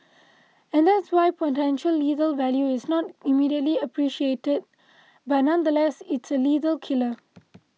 and that's why potential lethal value is not immediately appreciated but nonetheless it's a lethal killer